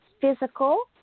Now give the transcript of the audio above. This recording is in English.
physical